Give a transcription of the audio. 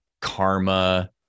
karma